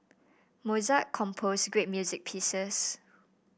Mozart composed great music pieces